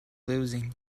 losing